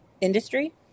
industry